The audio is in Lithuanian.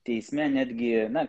teisme netgi na